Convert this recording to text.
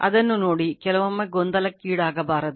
ಅದನ್ನು ನೋಡಿ ಕೆಲವೊಮ್ಮೆ ಗೊಂದಲಕ್ಕೀಡಾಗಬಾರದು